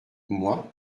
moi